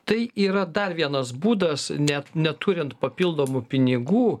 tai yra dar vienas būdas net neturint papildomų pinigų